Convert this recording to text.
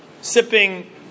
sipping